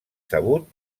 sabut